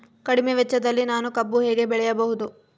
ಕಡಿಮೆ ವೆಚ್ಚದಲ್ಲಿ ನಾನು ಕಬ್ಬು ಹೇಗೆ ಬೆಳೆಯಬಹುದು?